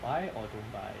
buy or don't buy